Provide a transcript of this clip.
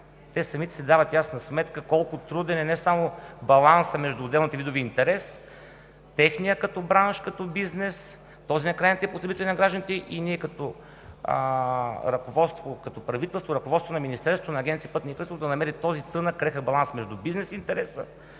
те самите си дават ясна сметка, колко труден е не само балансът между отделните видове интерес, техният като бранш, като бизнес, този на крайните потребители на гражданите, и ние като правителство, като ръководство на Министерството и на Агенция „Пътна инфраструктура“ да намерим този тънък крехък баланс между бизнес интереса